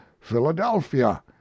Philadelphia